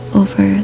over